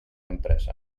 empresa